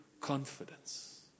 confidence